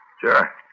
Sure